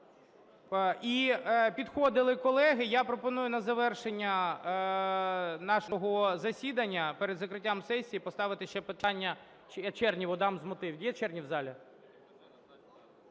І підходили колеги, я пропоную на завершення нашого засідання, перед закриттям сесії поставити це питання, я Чернєву дам з мотивів. Є Чернєв в залі?